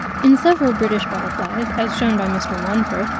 in several british butterflies, as shewn by mr. wonfor,